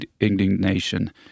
indignation